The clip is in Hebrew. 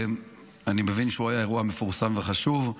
אני מבין שהוא אירוע מפורסם וחשוב.